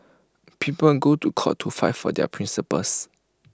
people on go to court to fight for their principles